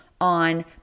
on